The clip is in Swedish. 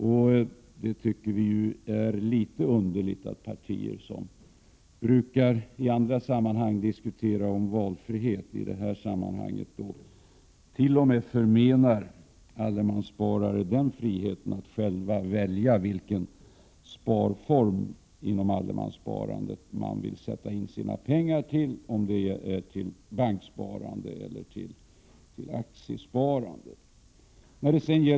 Vi finner det litet underligt att partier som i andra sammanhang brukar diskutera valfrihet, i detta sammanhang t.o.m. förmenar allemanssparare friheten att själva välja vilken sparform inom allemanssparandet de vill ha för sina pengar — banksparande eller aktiesparande.